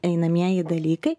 einamieji dalykai